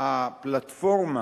הפלטפורמה